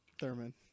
Thurman